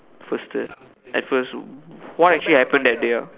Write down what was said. first at first what actually happen that day